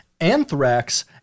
Anthrax